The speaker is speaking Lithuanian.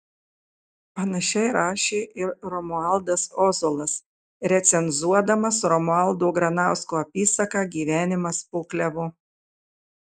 panašiai rašė ir romualdas ozolas recenzuodamas romualdo granausko apysaką gyvenimas po klevu